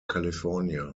california